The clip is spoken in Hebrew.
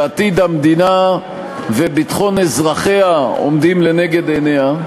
שעתיד המדינה וביטחון אזרחיה עומדים לנגד עיניה,